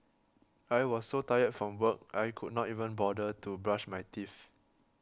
I was so tired from work I could not even bother to brush my teeth